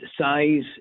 size